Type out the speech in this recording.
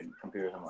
computer